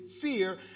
fear